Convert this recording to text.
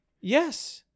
Yes